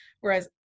whereas